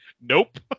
nope